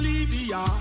Libya